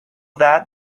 that